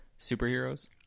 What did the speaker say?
Superheroes